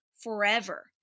forever